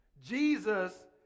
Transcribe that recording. Jesus